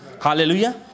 Hallelujah